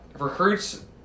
recruits